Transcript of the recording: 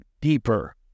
deeper